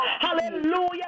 Hallelujah